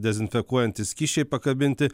dezinfekuojantys skysčiai pakabinti